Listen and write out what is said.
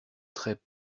traits